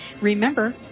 Remember